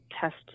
test